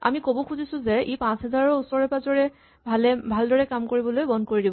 আমি ক'ব খুজিছো যে ই ৫০০০ ৰ ওচৰে পাজৰে ভালদৰে কাম কৰিবলৈ বন্ধ কৰি দিব